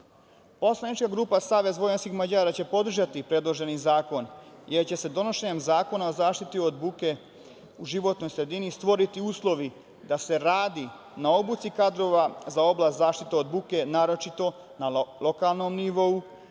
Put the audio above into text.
grupa SVM će podržati predloženi zakon jer će se donošenjem Zakona o zaštiti od buke u životnoj sredini stvoriti uslovi da se radi na obuci kadrova za oblast zaštite od buke, naročito na lokalnom nivou,